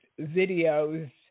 videos